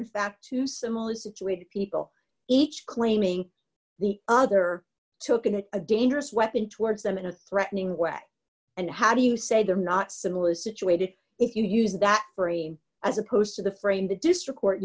in fact two similarly situated people each claiming the other took in a dangerous weapon towards them in a threatening way and how do you say they're not similarly situated if you use that frame as opposed to the frame the district court